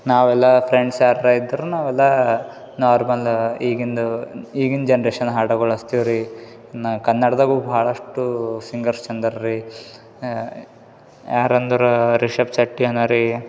ನಾವೆಲ್ಲ ಫ್ರೆಂಡ್ಸ್ ಯಾರಾರ ಇದ್ರೆ ನಾವೆಲ್ಲ ನಾರ್ಮಲ್ ಈಗಿಂದು ಈಗಿಂದು ಜನ್ರೇಶನ್ ಹಾಡಗಳು ಹಚ್ತೀವಿ ರೀ ನಾ ಕನ್ನಡ್ದಾಗು ಭಾಳಷ್ಟು ಸಿಂಗರ್ಸ್ ರೀ ಯಾರಂದ್ರೆ ರಿಷಭ್ ಶೆಟ್ಟಿ ಅವ್ನ ರೀ